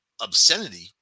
obscenity